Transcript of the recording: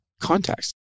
context